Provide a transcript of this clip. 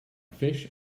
fish